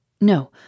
No